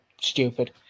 stupid